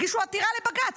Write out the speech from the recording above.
הגישו עתירה לבג"ץ.